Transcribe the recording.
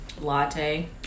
Latte